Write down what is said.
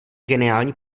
geniální